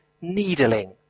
needling